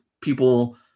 people